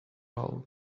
hole